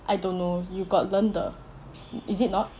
I don't know you got learn 的 is it not